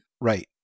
right